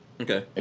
Okay